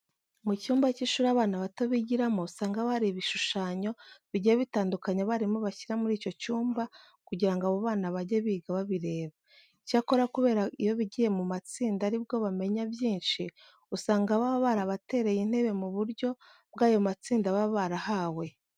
Mu cyumba cy'ishuri abana bato bigiramo usanga haba hari ibishushanyo bigiye bitandukanye abarimu bashyira muri icyo cyumba kugira ngo abo bana bajye biga babireba. Icyakora kubera ko iyo bigiye mu matsinda ari bwo bamenya byinshi, usanga baba barabatereye intebe mu buryo bw'ayo matsinda baba barahawe.